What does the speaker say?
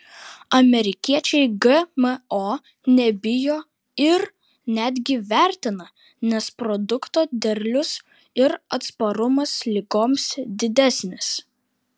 amerikiečiai gmo nebijo ir netgi vertina nes produkto derlius ir atsparumas ligoms didesnis